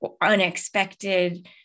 unexpected